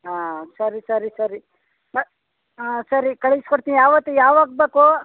ಹಾಂ ಸರಿ ಸರಿ ಸರಿ ಮತ್ತು ಹಾಂ ಸರಿ ಕಳ್ಸಿ ಕೊಡ್ತೀವಿ ಯಾವತ್ತಿಗೆ ಯಾವಾಗ ಬೇಕು